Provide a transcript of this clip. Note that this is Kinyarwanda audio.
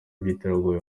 by’iterabwoba